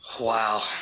wow